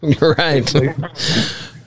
Right